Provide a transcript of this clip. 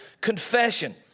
confession